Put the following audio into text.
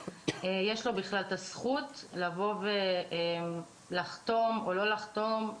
יש לו בכלל את הזכות לחתום או לא לחתום.